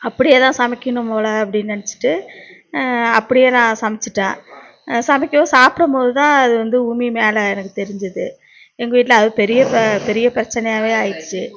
அப்படியே தான் சமைக்கணும் போல அப்படின்னு நினைச்சிட்டு அப்படியே நான் சமைச்சிட்டேன் சமைக்கவும் சாப்பிடும் போது தான் அது வந்து உமி மேலே எனக்கு தெரிஞ்சுது எங்கள் வீட்டில் அது பெரிய பெரிய பிரச்சினையாவே ஆயிடுச்சு